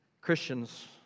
Christians